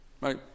right